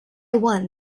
one